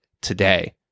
today